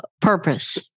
purpose